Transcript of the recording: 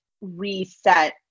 reset